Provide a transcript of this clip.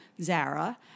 Zara